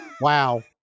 Wow